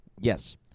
Yes